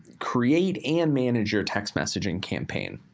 create and manage your text messaging campaign.